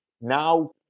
now